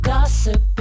Gossip